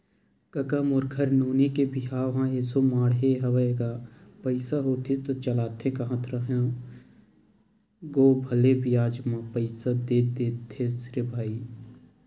कका मोर घर नोनी के बिहाव ह एसो माड़हे हवय गा पइसा होतिस त चलातेस कांहत रेहे हंव गो भले बियाज म पइसा दे देतेस रे भई